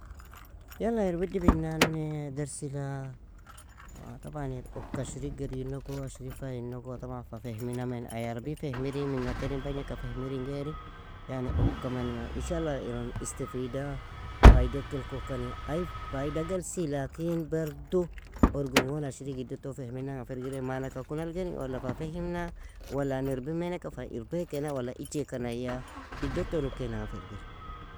يلا ir widibinane dersila طبعا ir ok ashri gerinogo, ashri fayinogo, طبعا fa fehminami ay arabi fehmiri, minga terin bagneka fehmirin gairi, yani oka man ان شاء الله iron istafidaa faideak elkokani ay faidag elsi, lakin berdu orgon gon ashrig iddoton fehminanga firgiri manaka kunal geni wala fa fehimna? Wala an irbimaineka fa irbeakina? Wala icheaka naiya? Iddoton ukainaga firgir.